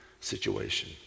situation